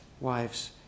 wives